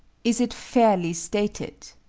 is it fairly stated?